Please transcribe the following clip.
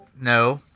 No